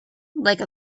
like